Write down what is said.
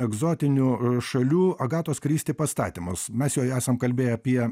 egzotinių šalių agatos kristi pastatymus mes jau esam kalbėję apie